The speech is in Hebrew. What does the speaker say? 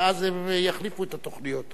ואז הם יחליפו את התוכניות.